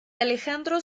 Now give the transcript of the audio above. alejandro